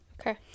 Okay